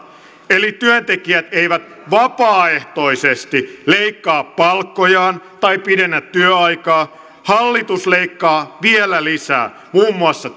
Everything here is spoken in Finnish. eli työntekijät eivät vapaaehtoisesti leikkaa palkkojaan tai pidennä työaikaa hallitus leikkaa vielä lisää muun muassa